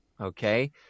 Okay